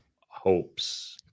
Hope's